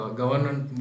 government